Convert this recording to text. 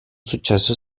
successo